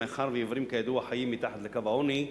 מאחר שעיוורים, כידוע, חיים מתחת לקו העוני,